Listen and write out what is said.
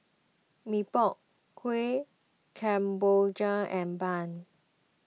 Mee Pok Kuih Kemboja and Bun